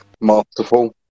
masterful